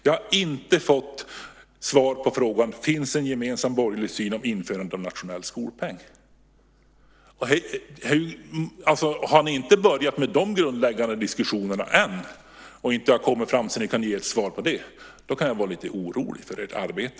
Jag har inte fått svar på frågan om det finns en gemensam borgerlig syn på införandet av en nationell skolpeng. Har ni inte börjat med de grundläggande diskussionerna än så att ni kan ge ett svar på detta kan jag vara lite orolig för ert arbete.